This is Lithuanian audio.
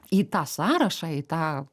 į tą sąrašą į tą